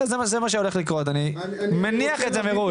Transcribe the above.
זה מה שהולך לקרות, אני מניח את זה מראש.